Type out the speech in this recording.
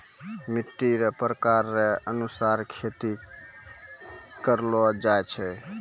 मिट्टी रो प्रकार रो अनुसार खेती करलो जाय छै